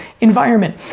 environment